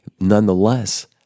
Nonetheless